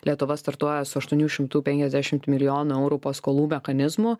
lietuva startuoja su aštuonių šimtų penkiasdešimt milijono eurų paskolų mechanizmu